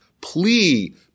plea